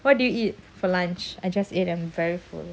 what did you eat for lunch I just ate I'm very full